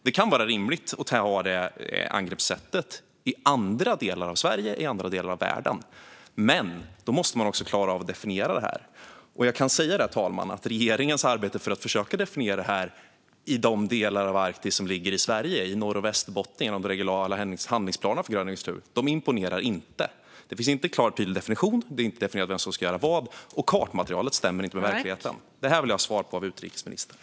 Det kan vara rimligt att ha detta angreppssätt i andra delar av Sverige och i andra delar av världen. Men då måste man också klara av att definiera detta. Fru talman! Jag kan säga att regeringens arbete för att försöka definiera de regionala handlingsplanerna för grön infrastruktur i de delar av Arktis som ligger i Sverige - i Norrbotten och Västerbotten - inte imponerar. Det finns inte en klar och tydlig definition. Det är inte definierat vem som ska göra vad. Och kartmaterialet stämmer inte med verkligheten. Detta vill jag ha svar på från utrikesministern.